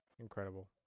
Incredible